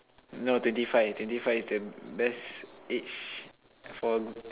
no twenty five twenty five is the best age for